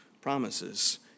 promises